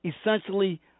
essentially